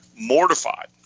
mortified